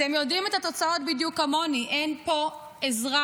אתם יודעים את התוצאות בדיוק כמוני, אין פה אזרח